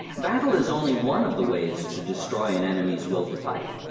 battle is only one of the ways to destroy an enemy's will to fight.